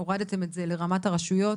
הורדתם את זה לרמת הרשויות,